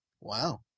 Wow